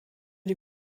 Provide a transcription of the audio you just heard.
die